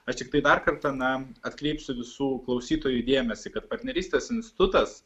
aš tiktai dar kartą na atkreipsiu visų klausytojų dėmesį kad partnerystės institutas